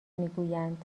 میگویند